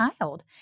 child